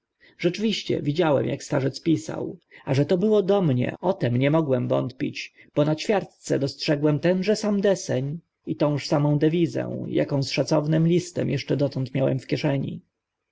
rzeczywiście widziałem ak starzec pisał a że to było do mnie o tym nie mogłem wątpić bo na ćwiartce dostrzegłem tenże sam deseń i tęż samą dewizę akie z szacownym listem eszcze dotąd miałem w kieszeni